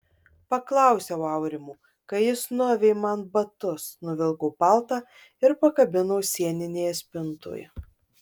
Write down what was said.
paklausiau aurimo kai jis nuavė man batus nuvilko paltą ir pakabino sieninėje spintoje